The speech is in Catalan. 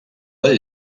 del